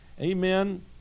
amen